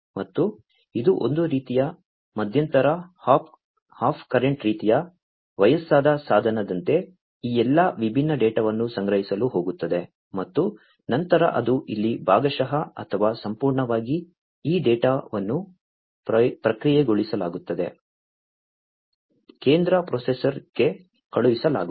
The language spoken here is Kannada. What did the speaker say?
ಮತ್ತು ಇದು ಒಂದು ರೀತಿಯ ಮಧ್ಯಂತರ ಹಾಪ್ ಕರೆಂಟ್ ರೀತಿಯ ವಯಸ್ಸಾದ ಸಾಧನದಂತೆ ಈ ಎಲ್ಲಾ ವಿಭಿನ್ನ ಡೇಟಾವನ್ನು ಸಂಗ್ರಹಿಸಲು ಹೋಗುತ್ತದೆ ಮತ್ತು ನಂತರ ಅದು ಇಲ್ಲಿ ಭಾಗಶಃ ಅಥವಾ ಸಂಪೂರ್ಣವಾಗಿ ಈ ಡೇಟಾವನ್ನು ಪ್ರಕ್ರಿಯೆಗೊಳಿಸುತ್ತದೆ ಕೇಂದ್ರ ಪ್ರೊಸೆಸರ್ಗೆ ಕಳುಹಿಸಲಾಗುವುದು